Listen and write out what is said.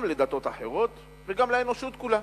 גם לדתות אחרות וגם לאנושות כולה.